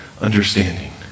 understanding